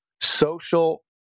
social